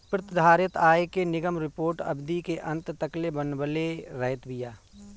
प्रतिधारित आय के निगम रिपोर्ट अवधि के अंत तकले बनवले रहत बिया